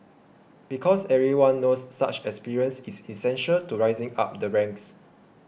because everyone knows such experience is essential to rising up the ranks